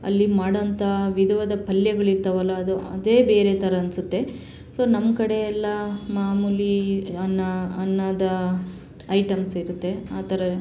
ಅಲ್ಲಿ ಮಾಡೋಂಥ ವಿಧವಾದ ಪಲ್ಯಗಳು ಇರ್ತಾವಲ್ಲ ಅದೇ ಬೇರೆ ಥರ ಅನ್ನಿಸುತ್ತೆ ಸೊ ನಮ್ಮ ಕಡೆ ಎಲ್ಲ ಮಾಮೂಲಿ ಅನ್ನ ಅನ್ನದ ಐಟಮ್ಸ್ ಇರುತ್ತೆ ಆ ಥರ